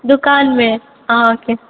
दुकानमे अहाँकेँ